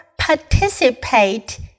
participate